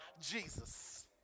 Jesus